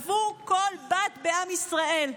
עבור כל בת בעם ישראל.